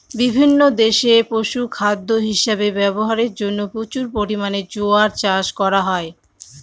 বিভিন্ন দেশে পশুখাদ্য হিসাবে ব্যবহারের জন্য প্রচুর পরিমাণে জোয়ার চাষ করা হয়